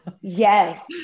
Yes